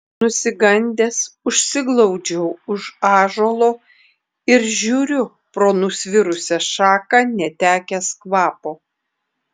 nusigandęs užsiglaudžiau už ąžuolo ir žiūriu pro nusvirusią šaką netekęs kvapo